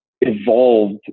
evolved